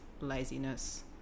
laziness